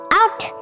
out